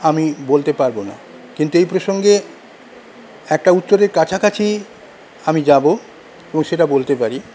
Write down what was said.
আমি বলতে পারব না কিন্তু এই প্রসঙ্গে একটা উত্তরের কাছাকাছি আমি যাব এবং সেটা বলতে পারি